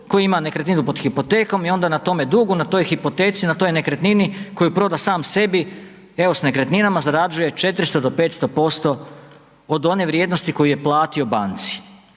koji ima nekretninu pod hipotekom i onda na tome dugu, na toj hipoteci, na toj nekretnini koju proda sam sebi EOS Nekretninama zarađuje 400 do 500% od one vrijednosti koju je platio banci.